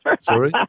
sorry